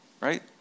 right